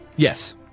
Yes